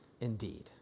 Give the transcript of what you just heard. indeed